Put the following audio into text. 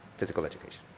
physical education.